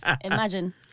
Imagine